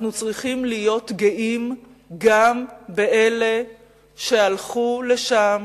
אנחנו צריכים להיות גאים גם באלה שהלכו לשם.